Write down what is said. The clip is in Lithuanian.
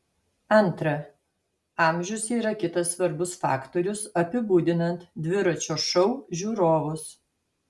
antra amžius yra kitas svarbus faktorius apibūdinant dviračio šou žiūrovus